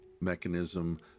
mechanism